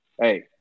Hey